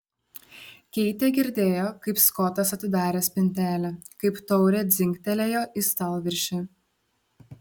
keitė girdėjo kaip skotas atidarė spintelę kaip taurė dzingtelėjo į stalviršį